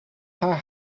haar